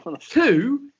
two